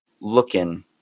looking